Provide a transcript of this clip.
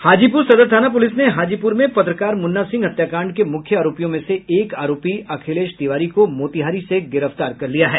हाजीपुर सदर थाना पुलिस ने हाजीपुर में पत्रकार मुन्ना सिंह हत्याकांड के मुख्य आरोपियों में से एक आरोपी अखिलेश तिवारी को मोतिहारी से गिरफ्तार कर लिया है